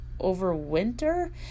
overwinter